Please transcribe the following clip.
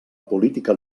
política